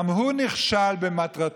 גם הוא נכשל במטרתו.